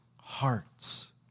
hearts